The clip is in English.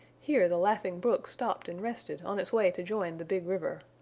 here the laughing brook stopped and rested on its way to join the big river.